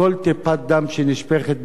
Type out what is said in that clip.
על כל טיפת דם שנשפכת בסוריה,